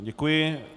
Děkuji.